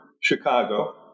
Chicago